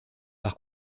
par